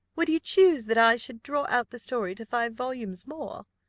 would you choose that i should draw out the story to five volumes more?